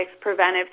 preventive